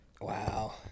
wow